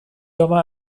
sommer